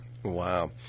Wow